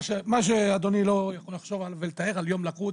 מה שאדוני לא יכול לחשוב ולתאר על יום לחוץ,